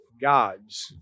gods